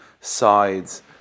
sides